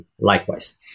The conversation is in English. likewise